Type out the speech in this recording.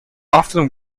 often